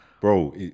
Bro